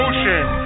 Ocean